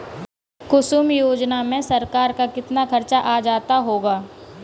कुसुम योजना में सरकार का कितना खर्चा आ जाता होगा